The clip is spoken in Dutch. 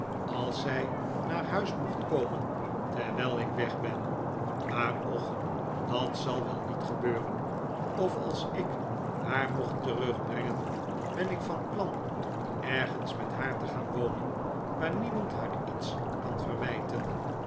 als zij naar huis mocht komen terwijl ik weg ben maar och dat zal wel niet gebeuren of als ik haar mocht terugbrengen ben ik van plan ergens met haar te gaan wonen waar niemand haar iets kan verwijten